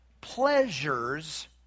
pleasures